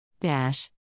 Dash